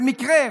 במקרה,